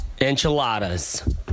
Enchiladas